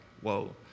whoa